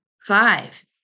Five